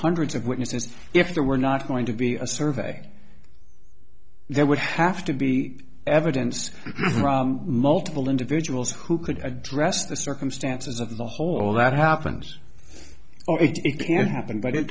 hundreds of witnesses if there were not going to be a serving there would have to be evidence from multiple individuals who could address the circumstances of the whole that happens can't happen but it